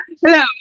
Hello